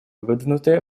выдвинуты